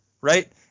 right